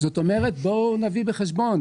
זאת אומרת, בואו נביא בחשבון.